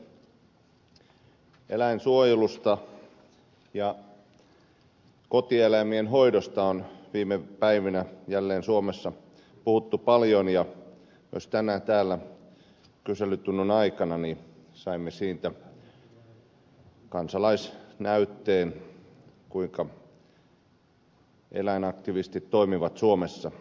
eläinsuojelusta ja kotieläimien hoidosta on viime päivinä jälleen suomessa puhuttu paljon ja myös tänään täällä kyselytunnin aikana saimme siitä kansalaisnäytteen kuinka eläinaktivistit toimivat suomessa